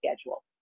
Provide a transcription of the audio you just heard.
schedule